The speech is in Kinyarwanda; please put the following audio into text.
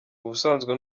ubusanzwe